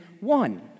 one